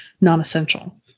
non-essential